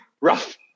Rough